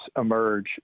emerge